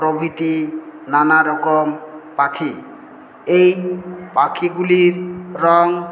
প্রভৃতি নানারকম পাখি এই পাখিগুলির রং